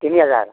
তিনি হাজাৰ